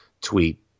tweet